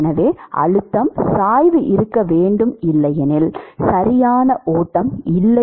எனவே அழுத்தம் சாய்வு இருக்க வேண்டும் இல்லையெனில் சரியான ஓட்டம் இல்லை